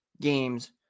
games